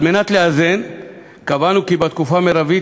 על מנת לאזן קבענו כי בתקופה המרבית